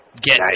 Get